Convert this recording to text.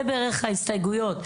זה בערך ההסתייגויות,